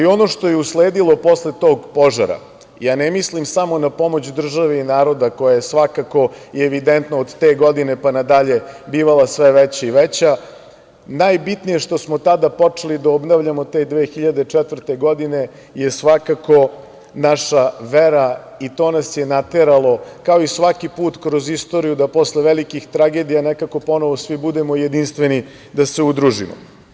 Ono što je usledilo posle tog požara, ja ne mislim samo na pomoć države i naroda koja je svakako i evidentno od te godine pa na dalje bivala sve veća i veća, najbitnije što smo tada počeli da obnavljamo te, 2004. godine je svakako, naša vera i to nas je nateralo, kao i svaki put kroz istoriju da posle velikih tragedija nekako ponovo svi budemo jedinstveni da se udružimo.